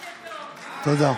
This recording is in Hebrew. תודה.